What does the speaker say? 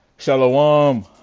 shalom